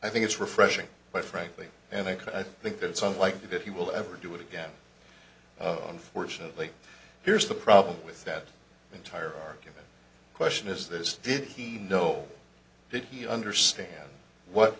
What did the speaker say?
i think it's refreshing but frankly and i think that it's unlikely that he will ever do it again unfortunately here's the problem with that entire argument question is this did he know did he understand what